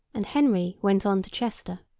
and henry went on to chester.